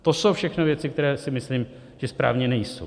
To jsou všechno věci, které si myslím, že správně nejsou.